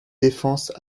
défenses